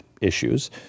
issues